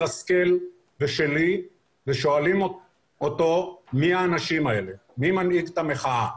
השכל ושלי ושואלים אותו מי האנשים האלה ומי מנהיג את המחאה.